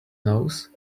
nose